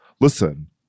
listen